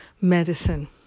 medicine